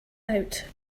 out